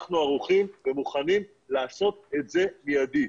אנחנו ערוכים ומוכנים לעשות את זה מיידי.